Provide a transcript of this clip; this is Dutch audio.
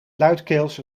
luidkeels